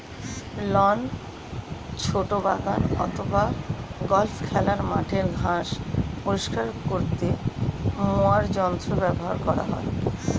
loan, ছোট বাগান অথবা গল্ফ খেলার মাঠের ঘাস পরিষ্কার করতে মোয়ার যন্ত্র ব্যবহার করা হয়